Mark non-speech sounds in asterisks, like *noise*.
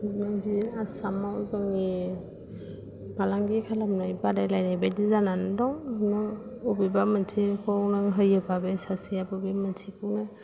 *unintelligible* आसामाव जोंनि फालांगि खालामनाय बादायलायनायबादि जानानै दं बिदिनो अबेबा मोनसेखौ होयोबा बे सासेयाबो बे मोनसेखौनो